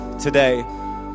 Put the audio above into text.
today